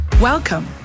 Welcome